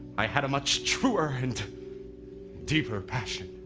i had a much truer and deeper passion?